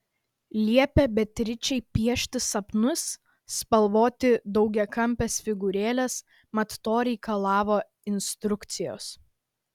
liepė beatričei piešti sapnus spalvoti daugiakampes figūrėles mat to reikalavo instrukcijos